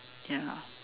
ya